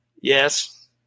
Yes